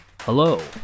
Hello